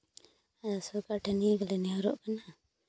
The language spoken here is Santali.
ᱥᱚᱨᱠᱟᱨ ᱴᱷᱮᱱ ᱱᱤᱭᱟᱹ ᱜᱮᱞᱮ ᱱᱮᱦᱚᱨᱚᱜ ᱠᱟᱱᱟ